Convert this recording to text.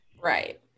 Right